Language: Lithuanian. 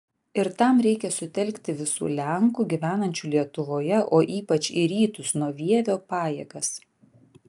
ir tam reikia sutelkti visų lenkų gyvenančių lietuvoje o ypač į rytus nuo vievio pajėgas